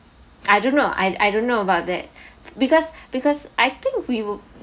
I don't know I I don't know about that because because I think we will